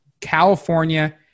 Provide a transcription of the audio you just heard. California